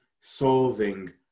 solving